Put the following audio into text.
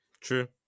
True